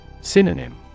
Synonym